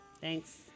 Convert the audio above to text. Thanks